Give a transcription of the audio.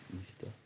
Easter